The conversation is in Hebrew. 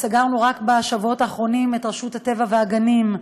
וסגרנו רק בשבועות האחרונים את רשות הטבע והגנים,